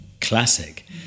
classic